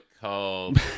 called